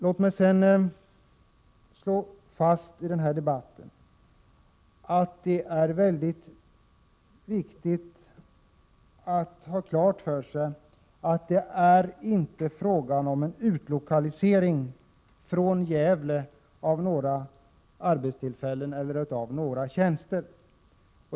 Jag vill slå fast att det är väldigt viktigt att ha klart för sig att det inte är fråga om en utlokalisering från Gävle av några tjänster.